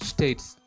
States